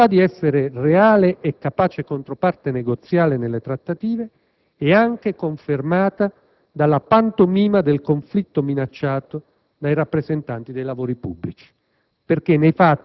L'incapacità di essere reale e capace controparte negoziale nelle trattative è anche confermata dalla pantomima del conflitto minacciato dai rappresentanti dei lavoratori pubblici.